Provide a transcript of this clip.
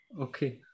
Okay